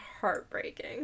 heartbreaking